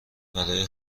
برای